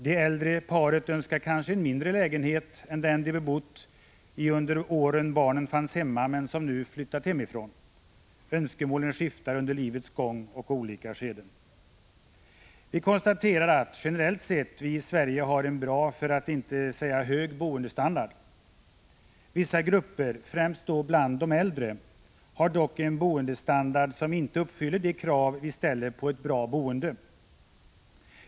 Det äldre paret önskar kanske en mindre lägenhet än den de bott i under åren barnen fanns hemma. Önskemålen skiftar under livets gång och dess olika skeden. Vi kan konstatera att vi i Sverige — generellt sett — har en bra för att inte säga hög boendestandard. Vissa grupper — främst bland de äldre — har dock en boendestandard som inte uppfyller de krav vi ställer på ett bra boende.